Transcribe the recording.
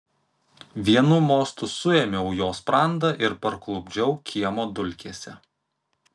vienu mostu suėmiau jo sprandą ir parklupdžiau kiemo dulkėse